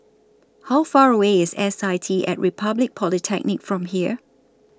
How Far away IS S I T At Republic Polytechnic from here